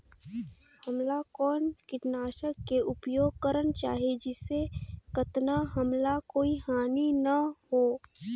हमला कौन किटनाशक के उपयोग करन चाही जिसे कतना हमला कोई हानि न हो?